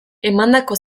emandako